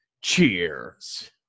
Cheers